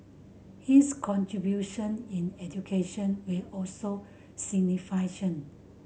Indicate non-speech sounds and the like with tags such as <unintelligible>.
his contribution in education were also <unintelligible>